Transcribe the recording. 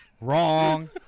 wrong